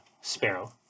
Sparrow